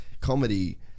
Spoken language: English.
comedy